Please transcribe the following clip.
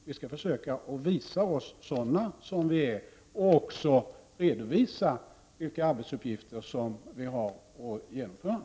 Vi skall försöka visa oss sådana som vi är och även redovisa vilka arbetsuppgifter som vi har att utföra.